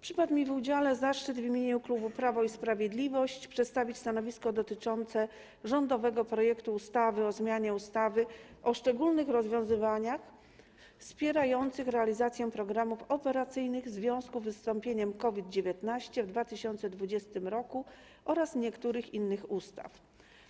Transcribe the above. Przypadł mi w udziale zaszczyt przedstawienia w imieniu klubu Prawo i Sprawiedliwość stanowiska dotyczącego rządowego projektu ustawy o zmianie ustawy o szczególnych rozwiązaniach wspierających realizację programów operacyjnych w związku z wystąpieniem COVID-19 w 2020 r. oraz niektórych innych ustaw,